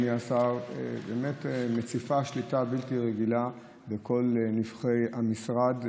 באמת מציפה שליטה בלתי רגילה בכל נבכי המשרד.